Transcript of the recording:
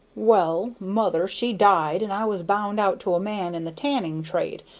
well, mother, she died, and i was bound out to a man in the tanning trade,